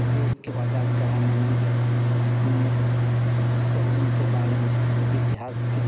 देश को आज़ाद कराने में हमने शहीदों के बारे में इतिहास के